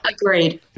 Agreed